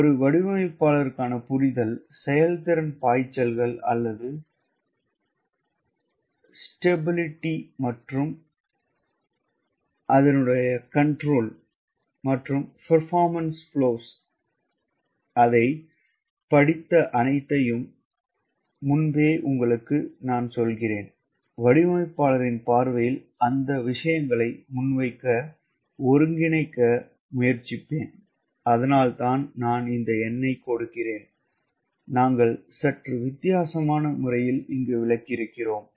ஒரு வடிவமைப்பாளருக்கான புரிதல் செயல்திறன் பாய்ச்சல்கள் அல்லது ஸ்திரத்தன்மை மற்றும் கட்டுப்பாட்டு பாடநெறியில் நாங்கள் படித்த அனைத்தையும் நான் முன்பே உங்களுக்குச் சொன்னேன் வடிவமைப்பாளரின் பார்வையில் அந்த விஷயங்களை முன்வைக்க ஒருங்கிணைக்க முயற்சிப்பேன் அதனால்தான் நான் இந்த எண்ணைக் கொடுக்கிறேன் நாங்கள் சற்று வித்தியாசமான முறையில் விளக்கி இருக்கிறோம்